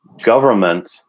government